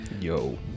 Yo